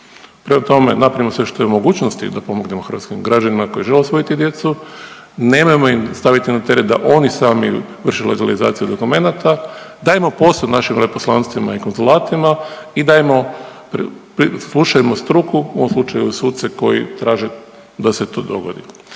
Prema tome, napravimo sve što je u mogućnosti da pomognemo hrvatskim građanima koji žele usvojiti djecu, nemojmo im staviti na teret da oni sami vrše legalizaciju dokumenata, dajmo posao našim veleposlanstvima i konzulatima i dajmo, slušajmo struku, u ovom slučaju suce koji traže da se to dogodi.